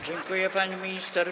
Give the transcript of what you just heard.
Dziękuję, pani minister.